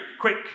quick